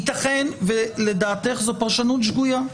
ייתכן שאת חושבת שזו פרשנות שגויה.